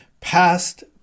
past